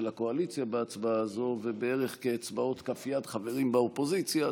הקואליציה בהצבעה הזאת ובערך כאצבעות כף יד חברים באופוזיציה,